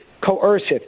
coercive